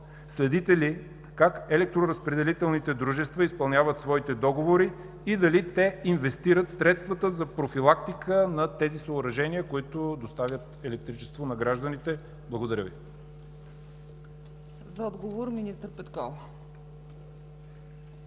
Следите ли как електроразпределителните дружества изпълняват своите договори и дали инвестират средствата за профилактика на тези съоръжения, които доставят електричество на гражданите? Благодаря Ви. ПРЕДСЕДАТЕЛ ЦЕЦКА